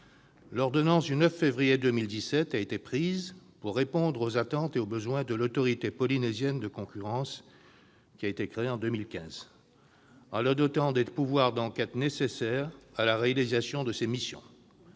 l'ordonnance du 9 février 2017 a été prise pour répondre aux attentes et aux besoins de l'Autorité polynésienne de la concurrence, créée en 2015, en la dotant des pouvoirs d'enquête nécessaires à la réalisation de ses missions.